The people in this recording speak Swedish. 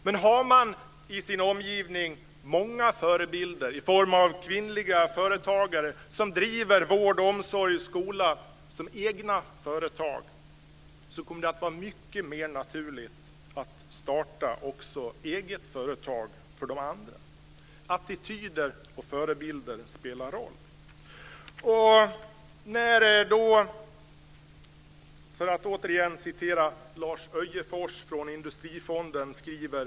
Men har man i sin omgivning många förebilder i form av kvinnliga företagare som driver vård, omsorg och skola som egna företag kommer det att vara mycket mer naturligt att starta eget företag för de andra. Attityder och förebilder spelar roll. Låt mig återigen läsa vad Lars Öjefors från Industrifonden skriver.